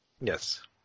Yes